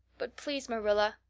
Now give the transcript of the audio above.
but please, marilla,